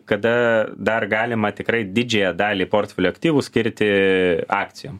kada dar galima tikrai didžiąją dalį portfelio aktyvų skirti akcijom